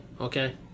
okay